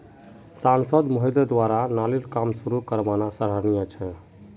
सांसद महोदय द्वारा नालीर काम शुरू करवाना सराहनीय छ